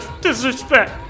disrespect